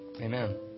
Amen